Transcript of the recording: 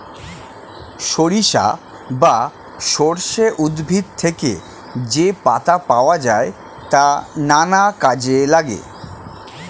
সরিষা বা সর্ষে উদ্ভিদ থেকে যে পাতা পাওয়া যায় তা নানা কাজে লাগে